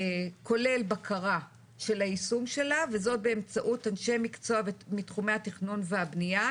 כולל בקרה של היישום שלה וזאת באמצעות אנשי מקצוע מתחומי התכנון והבניה,